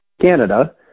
Canada